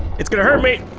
it's gonna hurt me.